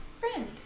Friend